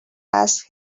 ask